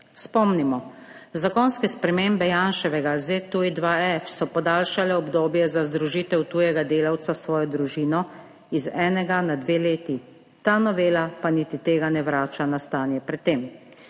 Spomnimo, zakonske spremembe Janševega ZTuj-2F so podaljšale obdobje za združitev tujega delavca s svojo družino iz enega na dve leti, ta novela pa niti tega ne vrača na stanje pred tem.